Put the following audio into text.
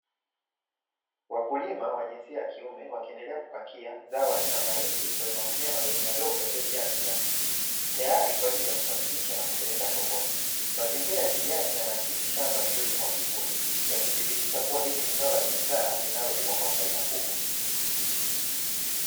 Wakulima wa jinsia ya kiume wakiendelea kupakia zao aina ya mahindi kwenye magunia madogo madogo yaliojaa bidhaa hizi teyali kwajili ya kusafirisha na kupeleka sokoni. Mazingira ya kijani yanaakisi shamba lililolimwa vizuri yakiakisi kuwa hili ni zao la biashara linalolimwa kwa faida kubwa.